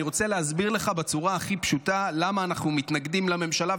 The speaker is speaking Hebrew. אני רוצה להסביר לך בצורה הכי פשוטה למה אנחנו מתנגדים לממשלה,